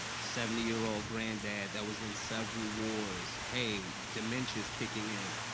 seventy year old granddad that was in several wars, hey, dementia's kicking in.